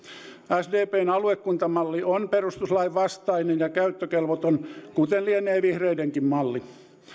sdpn aluekuntamalli on perustuslain vastainen ja käyttökelvoton kuten lienee vihreidenkin malli